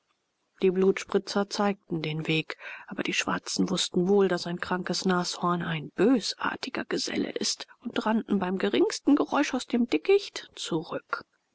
die blutspritzer zeigten den weg aber die schwarzen wußten wohl daß ein krankes nashorn ein bösartiger geselle ist und rannten beim geringsten geräusch aus dem dickicht zurück